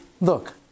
look